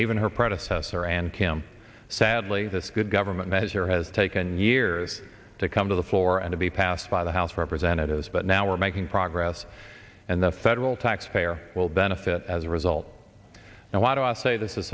even her predecessor and tim sadly this good government measure has taken years to come to the floor and to be passed by the house of representatives but now we're making progress and the federal taxpayer will benefit as a result now a lot of us say this is